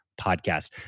podcast